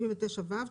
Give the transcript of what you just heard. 79 ו'.